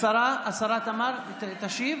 השרה תמר תשיב.